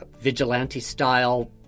vigilante-style